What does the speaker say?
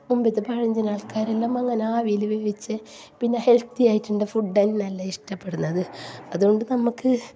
മുമ്പത്തെ പഴഞ്ചന് ആള്ക്കാരെല്ലാം അങ്ങനെ ആവിയിൽ വേവിച്ച പിന്നെ ഹെല്ത്തി ആയിട്ടുള്ള ഫുഡ് തന്നെ അല്ലേ ഇഷ്ടപ്പെടുന്നത് അതുകൊണ്ട് നമ്മൾക്ക്